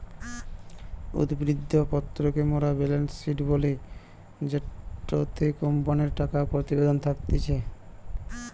উদ্ধৃত্ত পত্র কে মোরা বেলেন্স শিট বলি জেটোতে কোম্পানির টাকা প্রতিবেদন থাকতিছে